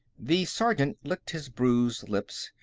the sergeant licked his bruised lips.